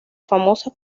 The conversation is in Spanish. famosa